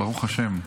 ברוך השם.